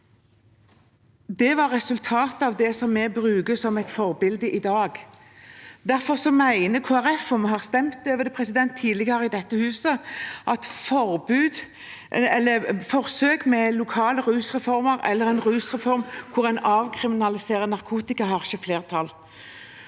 Det var resultatet av det vi bruker som et forbilde i dag. Derfor mener Kristelig Folkeparti – og vi har stemt over det tidligere i dette huset – at forsøk med lokale rusreformer eller en rusreform der en avkriminaliserer narkotika, ikke bør få flertall.